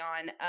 on